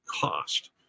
cost